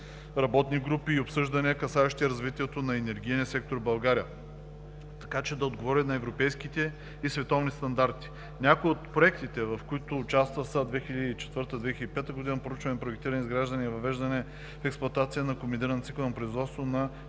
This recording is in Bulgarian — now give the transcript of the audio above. работни групи и обсъждания, касаещи развитието на енергийния сектор в България, така че да отговори на европейските и световни стандарти. Някои от проектите, в които участва, са: 2004 – 2005 г. „Проучване, проектиране, изграждане и въвеждане в експлоатация на комбиниран цикъл на производство на